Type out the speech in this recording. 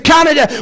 Canada